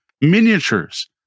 miniatures